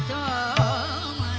o